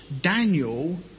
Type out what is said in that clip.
Daniel